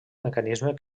mecanisme